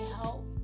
help